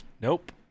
Nope